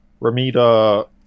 Ramita